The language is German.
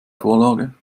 vorlage